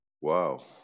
wow